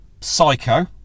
Psycho